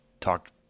talked